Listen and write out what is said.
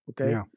Okay